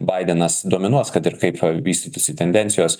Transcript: baidenas dominuos kad ir kaip vystytųsi tendencijos